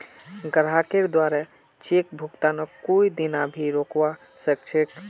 ग्राहकेर द्वारे चेक भुगतानक कोई दीना भी रोकवा सख छ